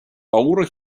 laura